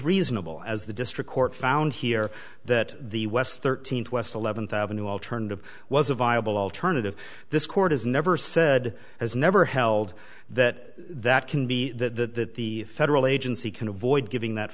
reasonable as the district court found here that the west thirteenth west eleven thousand new alternative was a viable alternative this court has never said has never held that that can be that the federal agency can avoid giving that